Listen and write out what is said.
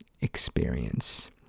experience